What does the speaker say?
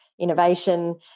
innovation